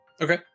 Okay